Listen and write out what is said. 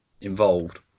involved